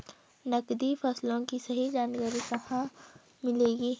नकदी फसलों की सही जानकारी कहाँ मिलेगी?